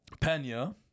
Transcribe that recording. Pena